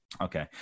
Okay